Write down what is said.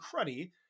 cruddy